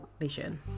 vision